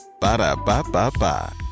Ba-da-ba-ba-ba